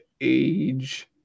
age